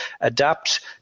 adapt